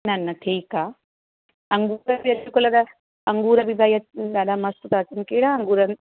न न ठीकु आहे अंगूर बि अॼुकल्ह त अंगूर बि भई ॾाढा मस्त था अचनि कहिड़ा अंगूर